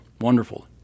wonderful